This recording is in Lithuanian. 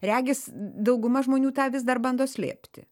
regis dauguma žmonių tą vis dar bando slėpti